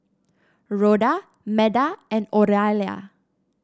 Rhoda Meda and Oralia